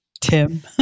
Tim